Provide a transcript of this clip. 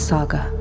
Saga